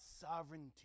sovereignty